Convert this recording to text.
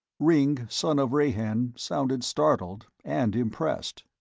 ringg son of rahan sounded startled and impressed.